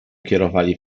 kierowali